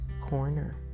corner